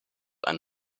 ein